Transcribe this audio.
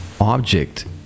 object